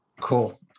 Cool